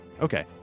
Okay